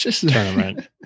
tournament